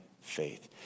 faith